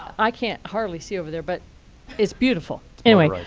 i can't hardly see over there. but it's beautiful. anyway,